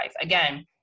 Again